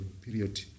period